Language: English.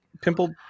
Pimple